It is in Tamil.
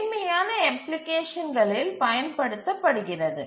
எளிமையான அப்ளிகேஷன்களில் பயன்படுத்தப்படுகிறது